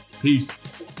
Peace